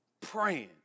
praying